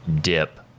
dip